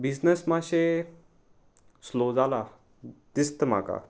business मातशें slow जाला दिसता म्हाका